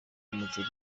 umuceri